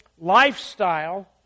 lifestyle